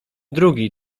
drugi